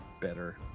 better